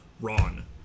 ron